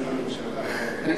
המינוי לממשלה.